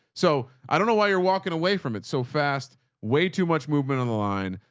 so i don't know why you're walking away from it. so fast way too much movement on the line.